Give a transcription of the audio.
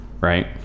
Right